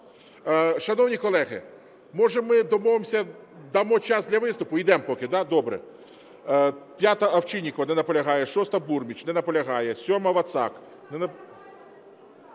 Шановні колеги, може ми домовимося, дамо час для виступу? Йдемо поки? Добре. 5-а, Овчинникова. Не наполягає. 6-а, Бурміч. Не наполягає. 7-а, Вацак.